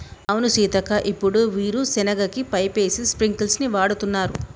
అవును సీతక్క ఇప్పుడు వీరు సెనగ కి పైపేసి స్ప్రింకిల్స్ వాడుతున్నారు